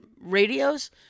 radios